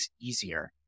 easier